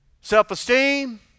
self-esteem